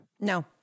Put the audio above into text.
No